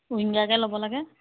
উইঙ্গাৰকে ল'ব লাগে